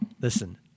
listen